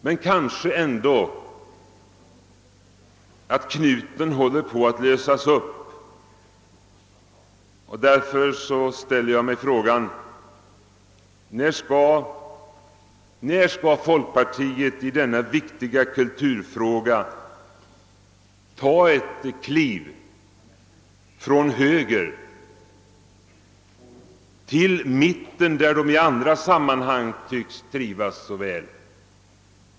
Men kanske håller knuten ändå på att lösas upp, och därför ställer jag frågan: När skall folkpartiet i denna viktiga kulturfråga ta ett steg från höger mot mitten, där partiet ju tycks trivas så väl i andra sammanhang?